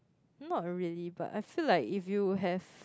not really but I feel like if you have